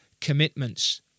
commitments